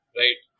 right